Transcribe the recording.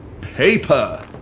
Paper